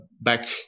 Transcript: back